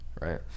right